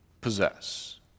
possess